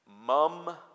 mum